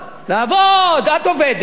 לעבוד, את עובדת.